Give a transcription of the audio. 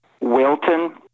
Wilton